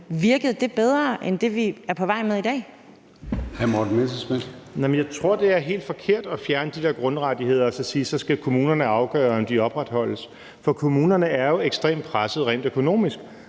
Morten Messerschmidt (DF): Jamen jeg tror, det er helt forkert at fjerne de der grundrettigheder og sige, at så skal kommunerne afgøre, om de opretholdes, for kommunerne er jo ekstremt pressede rent økonomisk,